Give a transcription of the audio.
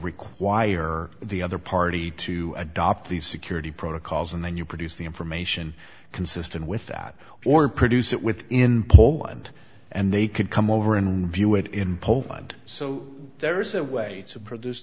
require the other party to adopt these security protocols and then you produce the information consistent with that or produce it with in poland and they could come over and view it in poland so there is a way to produce